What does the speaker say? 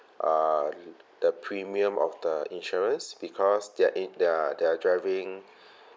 uh the premium of the insurance because their in their their driving